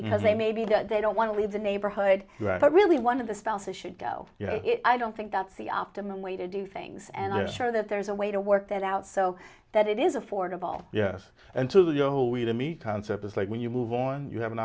because they may be that they don't want to leave the neighborhood or really one of the spouses should go i don't think that's the optimum way to do things and i'm sure that there's a way to work that out so that it is affordable yes until your holier than me concept is like when you move on you have an